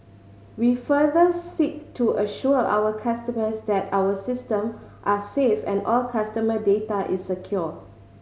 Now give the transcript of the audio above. we further seek to assure our customers that our system are safe and all customer data is secure